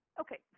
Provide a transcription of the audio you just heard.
Okay